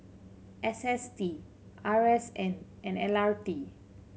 S S T R S N and L R T